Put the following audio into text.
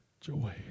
joy